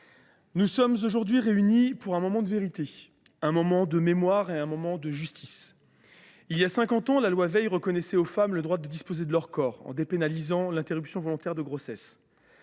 nous sommes aujourd’hui réunis pour un moment de vérité, de mémoire et de justice. Il y a cinquante ans, la loi Veil reconnaissait aux femmes le droit de disposer de leur corps en dépénalisant l’interruption volontaire de grossesse.